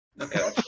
Okay